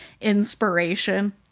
inspiration